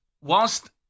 whilst